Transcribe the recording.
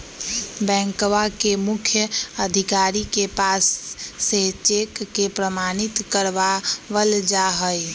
बैंकवा के मुख्य अधिकारी के पास से चेक के प्रमाणित करवावल जाहई